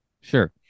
Sure